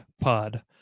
pod